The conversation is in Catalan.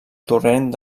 torrent